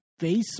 Facebook